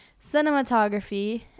cinematography